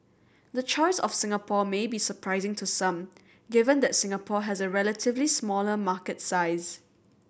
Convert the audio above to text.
the choice of Singapore may be surprising to some given that Singapore has a relatively smaller market size